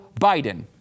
biden